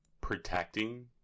protecting